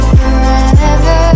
forever